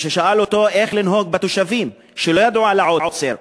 כששאל אותו איך לנהוג בתושבים שלא ידעו על העוצר,